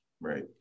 right